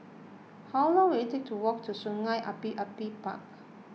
how long will it take to walk to Sungei Api Api Park